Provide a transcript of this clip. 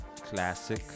classic